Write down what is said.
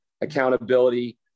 accountability